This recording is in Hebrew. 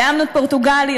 לאמנון פורטוגלי,